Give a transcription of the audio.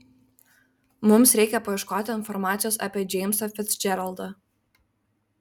mums reikia paieškoti informacijos apie džeimsą ficdžeraldą